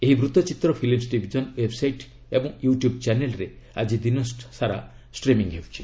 ଏହି ବୂତ୍ତଚିତ୍ର films division website ଏବଂ ୟୁ ଟ୍ୟୁବ୍ ଚ୍ୟାନେଲ୍ରେ ଆଜି ଦିନସାରା ଷ୍ଟ୍ରିମିଂ ହେଉଛି